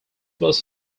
was